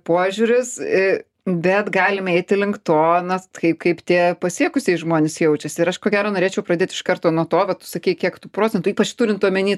požiūris i bet galime eiti link to na kaip kaip tie pasiekusieji žmonės jaučiasi ir aš ko gero norėčiau pradėt iš karto nuo to vat tu sakei kiek tų procentų ypač turint omeny